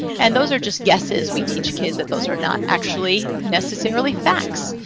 and those are just guesses. we teach kids that those are not actually necessarily facts.